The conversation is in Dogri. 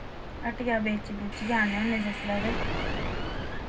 हट्टिया बेची बुचियै आने होने जिसलै ते